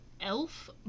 Elf